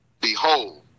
Behold